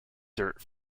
dirt